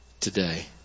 today